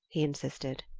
he insisted.